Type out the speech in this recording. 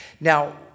Now